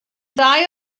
ddau